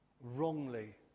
wrongly